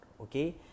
okay